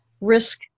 risk